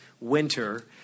winter